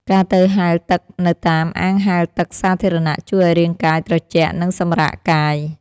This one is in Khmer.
ការទៅហែលទឹកនៅតាមអាងហែលទឹកសាធារណៈ ជួយឱ្យរាងកាយត្រជាក់ និងសម្រាកកាយ។